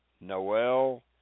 Noel